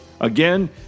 Again